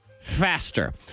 faster